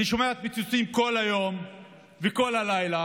אני שומעת פיצוצים כל היום וכל הלילה,